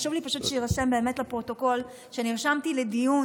באמת חשוב לי פשוט שיירשם לפרוטוקול שנרשמתי לדיון